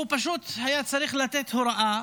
הוא פשוט היה צריך לתת הוראה